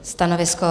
Stanovisko?